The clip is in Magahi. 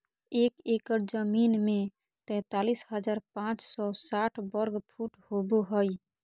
एक एकड़ जमीन में तैंतालीस हजार पांच सौ साठ वर्ग फुट होबो हइ